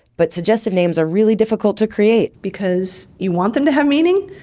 but suggestive names are really difficult to create because you want them to have meaning,